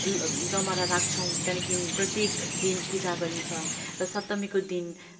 जमारा राख्छौँ त्यहाँदेखि प्रत्येक दिन पूजा गरिन्छ र सप्तमीको दिन